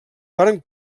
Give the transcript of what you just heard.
varen